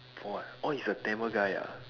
orh orh he's a Tamil guy ah